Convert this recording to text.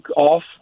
off